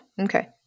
okay